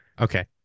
okay